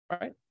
Right